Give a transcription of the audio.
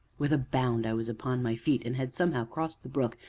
with a bound, i was upon my feet, and had, somehow, crossed the brook,